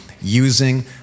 using